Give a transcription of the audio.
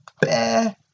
bare